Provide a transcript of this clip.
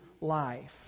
life